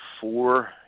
Four